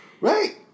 right